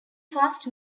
fast